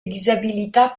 disabilità